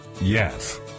yes